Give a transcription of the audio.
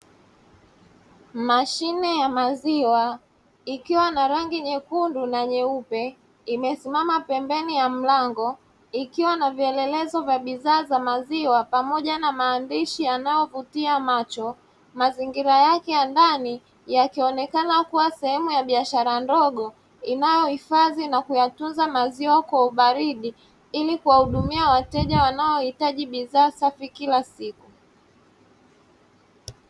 Mashine ya maziwa ikiwa na rangi nyekundu na nyeupe, imesimama pembeni ya mlango, ikiwa na vielelezo vya bidhaa ya maziwa pamoja na maandishi yanayovutia macho. Mazingira yake ya ndani yakionekana kuwa sehemu ya biashara ndogo, inayohifadhi na kuyatunza maziwa kwa ubaridi ili kuwahudumia wateja wanaohitaji bidhaa safi kila siku.